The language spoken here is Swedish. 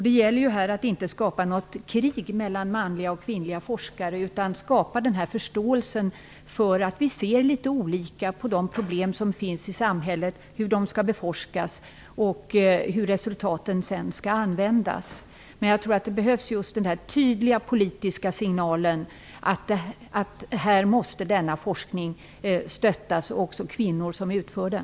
Det gäller här att inte skapa ett krig mellan manliga och kvinnliga forskare, utan det gäller att skapa förståelse för att vi ser litet olika på de problem som finns i samhället, hur de skall beforskas och hur resultaten sedan skall användas. Men det behövs en tydlig politisk signal om att denna forskning måste stöttas, och inte minst de kvinnor som utför den.